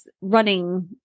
running